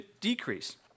decrease